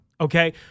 okay